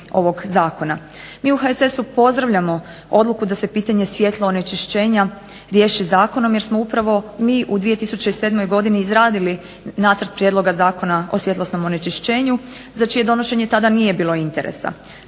Mi u HSS-u pozdravljamo odluku da se pitanje svjetlosnog onečišćenja riješi zakonom jer smo upravo mi u 2007. godini izradili nacrt prijedloga Zakona o svjetlosnom onečišćenju za čije donošenje tada nije bilo interesa.